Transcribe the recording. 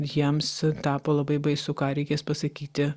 jiems tapo labai baisu ką reikės pasakyti